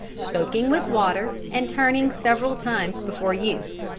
soaking with water and turning several times before use.